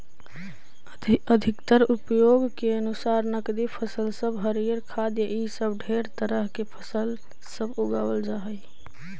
अधिकतर उपयोग के अनुसार नकदी फसल सब हरियर खाद्य इ सब ढेर तरह के फसल सब उगाबल जा हई